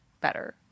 better